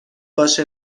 باشه